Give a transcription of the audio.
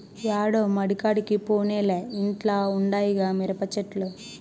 యాడో మడికాడికి పోనేలే ఇంట్ల ఉండాయిగా మిరపచెట్లు